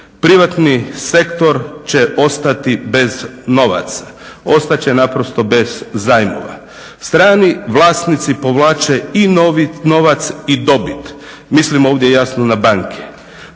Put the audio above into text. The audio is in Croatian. privatni sektor će ostati bez novaca. Ostat će naprosto bez zajmova. Strani vlasnici povlače i novac i dobit. Mislim ovdje jasno na banke.